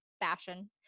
fashion